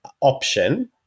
option